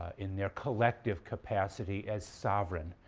in their collective capacity as sovereign,